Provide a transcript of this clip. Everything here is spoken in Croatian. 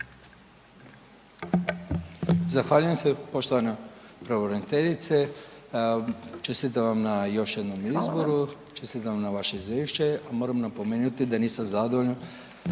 Zahvaljujem se poštovana pravobraniteljice, čestitam vam na još jednom izboru, čestitam vam na vaše izvješće. Moram napomenuti da nisam zadovoljan